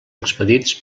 expedits